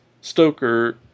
Stoker